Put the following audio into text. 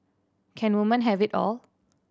can woman have it all